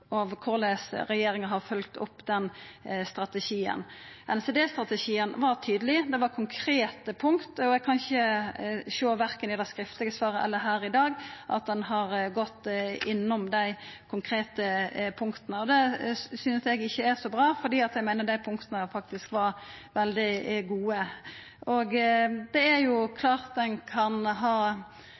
korleis regjeringa har følgt opp denne strategien. NCD-strategien var tydeleg. Den hadde konkrete punkt. Eg kan ikkje sjå, verken i det skriftlege svaret eller svaret her i dag, at ein har vore innom dei konkrete punkta. Det synest ikkje eg er så bra, for dei punkta var faktisk veldig gode. Det er klart at ein kan ha